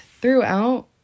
throughout